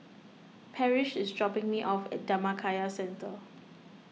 Parrish is dropping me off at Dhammakaya Centre